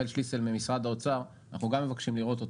אנחנו גם מבקשים לראות אותה.